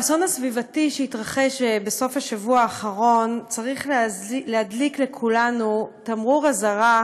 האסון הסביבתי שהתרחש בסוף השבוע האחרון צריך להדליק לכולנו תמרור אזהרה